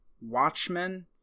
Watchmen